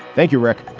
thank you, rick.